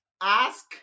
ask